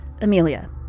Amelia